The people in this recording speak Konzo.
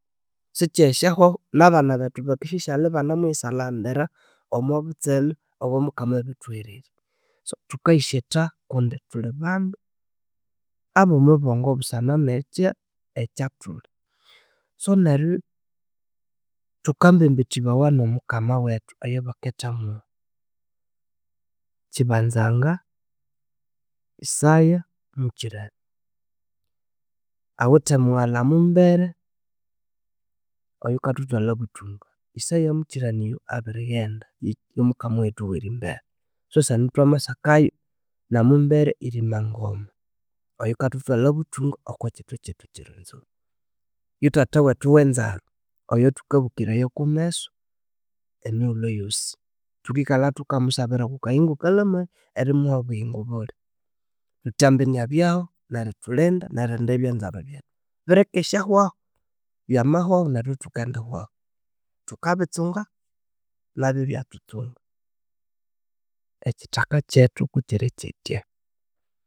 Sikyisyawahu nabana bethu bakisyasighalha ibanemu yisalhaghandira omobutseme obomukama abirithuhererya so thukayisyetha kundi thulhibandu abomubongo busana nekya thuli so neryo thukambembethibawa no mukama wethu oyo bakethamu Kyibazanga Isaya Mukyirania, awithe muwalha Mumbere oyo kathuthwalha buthunga Isaya Mukyirania oyu abiriyenda yomukama wethu owerimbere so sehenu thwamasakayo na Mumbere Iramangoma oyukathuthwalha buthunga oko kyithwa kyethu ekye rwenzori yithatha wethu wezaro oyothukabukirayako ameso emiwulhu yosi thukikalha thukamusabira okukayingo kalhamaye erimuha obuyingo bulhi thuthambi nabyahu neruthulhinda nerilhinda ebyazarwa byethu birekyi syawahu byamawahu nethu yithukindiwahu thukabitsunga nabyo yibyathutsunga ekyithaka kyethu kukyiri kyitya